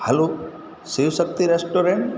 હાલો Shivshakti restaurant